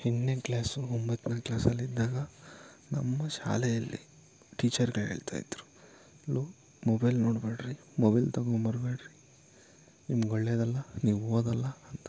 ಎಂಟನೇ ಕ್ಲಾಸು ಒಂಬತ್ತನೇ ಕ್ಲಾಸಲ್ಲಿದ್ದಾಗ ನಮ್ಮ ಶಾಲೆಯಲ್ಲಿ ಟೀಚರ್ಗಳು ಹೇಳ್ತಾಯಿದ್ರು ಲೋ ಮೊಬೈಲ್ ನೋಡ್ಬ್ಯಾಡ್ರಿ ಮೊಬೈಲ್ ತಗೊಂಬರ್ಬ್ಯಾಡ್ರಿ ನಿಮ್ಗೆ ಒಳ್ಳೇದಲ್ಲ ನೀವು ಓದಲ್ಲ ಅಂತ